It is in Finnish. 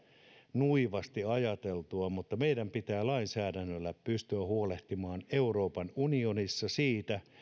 nuivasti ajateltua mutta meidän pitää lainsäädännöllä pystyä huolehtimaan euroopan unionissa siitä